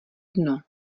dno